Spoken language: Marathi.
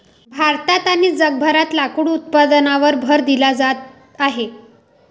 भारतात आणि जगभरात लाकूड उत्पादनावर भर दिला जात आहे